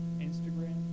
Instagram